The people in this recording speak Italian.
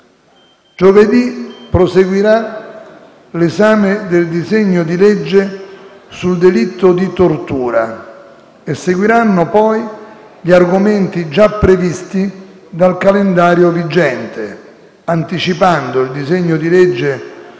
Giovedì proseguirà l'esame del disegno di legge sul delitto di tortura e seguiranno poi gli argomenti già previsti dal calendario vigente, anticipando il disegno di legge